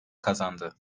kazandı